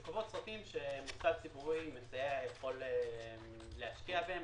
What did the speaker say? שקובעות סרטים שמוסד ציבורי מסייע יכול להשקיע בהן.